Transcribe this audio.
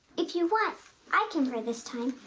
if you want i can pray this time.